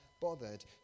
bothered